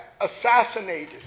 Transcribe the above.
assassinated